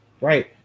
Right